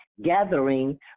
gathering